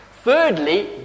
Thirdly